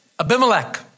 Abimelech